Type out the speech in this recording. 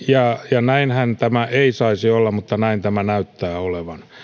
ja näinhän tämä ei saisi olla mutta näin tämä näyttää olevan